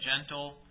gentle